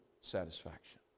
satisfaction